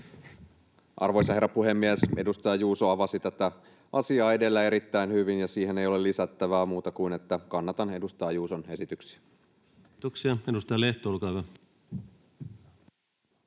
Arvoisa herra puhemies! Edustaja Juuso avasi tätä asiaa edellä erittäin hyvin, ja siihen ei ole lisättävää, muuta kuin että kannatan edustaja Juuson esityksiä. Kiitoksia. — Edustaja Lehto, olkaa hyvä.